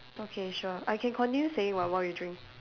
okay sure I can continue saying [what] while you drink